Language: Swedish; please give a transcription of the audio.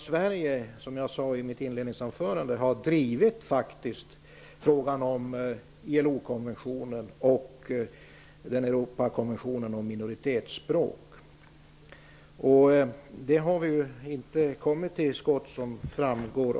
Som jag sade i mitt inledningsanförande har Sverige drivit frågan om ILO-konventionen och Europakonventionen om minoritetsbrott. Som framgår av betänkandet har vi inte kommit till skott i den frågan.